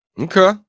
Okay